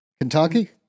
Kentucky